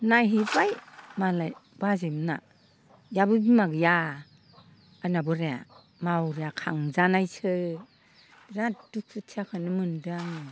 नायहैबाय मालाय बाजैमोना इहाबो बिमा गैया आंना बोराया मावरिया खांजानायसो बिराद दुखुथियाखोनो मोन्दो आङो